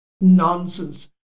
nonsense